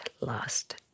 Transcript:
last